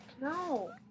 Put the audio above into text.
No